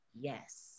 yes